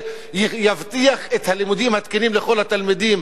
זה יבטיח את הלימודים התקינים לכל התלמידים,